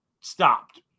stopped